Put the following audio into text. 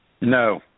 No